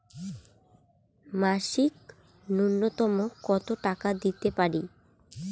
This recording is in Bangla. মাসিক নূন্যতম কত টাকা দিতে পারি?